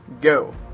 go